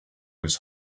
his